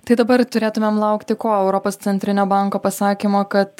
tai dabar turėtumėm laukti ko europos centrinio banko pasakymo kad